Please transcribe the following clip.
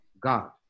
God